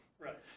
right